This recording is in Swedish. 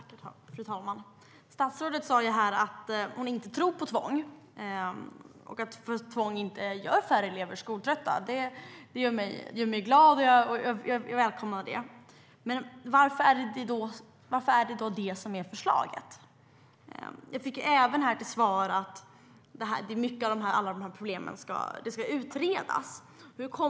Fru talman! Statsrådet sade att hon inte tror på tvång och att tvång inte gör att färre elever blir skoltrötta. Det gör mig glad att statsrådet säger så, och jag välkomnar det. Men varför är det då detta som är förslaget? Jag fick till svar att många av alla dessa problem ska utredas.